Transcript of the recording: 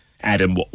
Adam